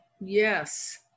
yes